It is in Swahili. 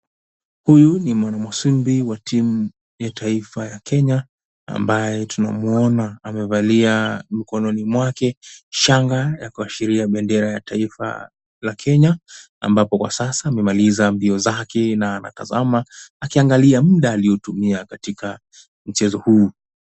Huyu ni mwana mwasumbi wa timu ya taifa ya Kenya ambaye tunamuona amevalia mkononi mwake shanga kuashiria bendera ya taifa la Kenya ambapo kwa sasa amemaliza mbio zake na anatazama akiangalia muda aliotumia katika mchezo huu.